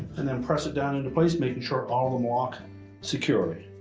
and then press it down into place making sure all of them lock securely.